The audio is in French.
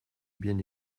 bien